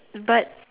but